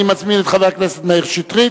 אני מזמין את חבר הכנסת מאיר שטרית,